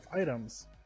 items